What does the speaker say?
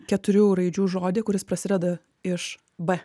keturių raidžių žodį kuris prasideda iš b